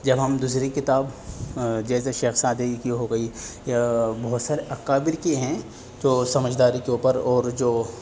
جب ہم دوسری کتاب جیسے شیخ سعدی کی ہو گئی یا بہت سارے اکابر کی ہیں جو سمجھداری کے اوپر اور جو